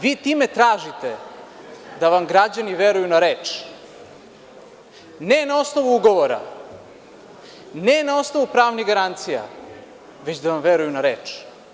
Vi time tražite da vam građani veruju na reč, ne na osnovu ugovora, ne na osnovu pravnih garancija, već da vam veruju na reč.